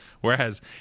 Whereas